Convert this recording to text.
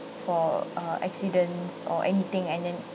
for uh accidents or anything and then